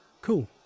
Cool